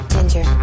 Ginger